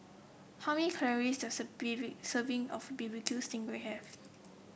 how many calories does a serving of B B Q sting ray have